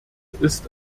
ist